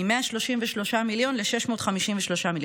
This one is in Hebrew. מ-133 מיליון ל-653 מיליון.